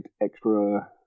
extra